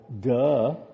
duh